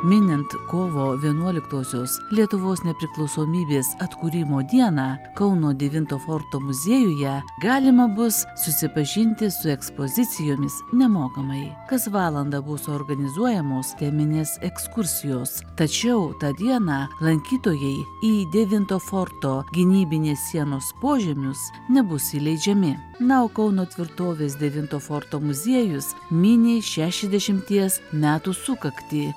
minint kovo vienuoliktosios lietuvos nepriklausomybės atkūrimo dieną kauno devinto forto muziejuje galima bus susipažinti su ekspozicijomis nemokamai kas valandą bus organizuojamos teminės ekskursijos tačiau tą dieną lankytojai į devinto forto gynybinės sienos požemius nebus įleidžiami na o kauno tvirtovės devinto forto muziejus mini šešiasdešimties metų sukaktį